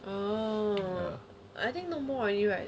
oh I think no more already right